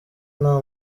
nta